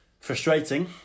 Frustrating